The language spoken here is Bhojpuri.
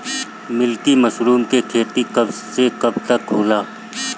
मिल्की मशरुम के खेती कब से कब तक होला?